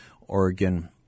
Oregon